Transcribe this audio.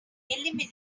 eliminate